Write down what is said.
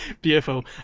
Beautiful